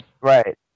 Right